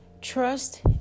Trust